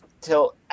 till